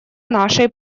нашей